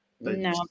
No